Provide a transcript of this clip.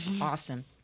Awesome